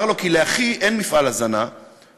הוא אמר לו: כי לאחי אין מפעל הזנה במוסד.